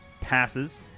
passes